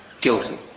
guilty